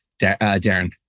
Darren